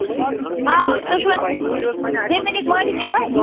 آ تُہۍ چھِو حظ زٔمیٖنٕکۍ مٲلِک چھِو حظ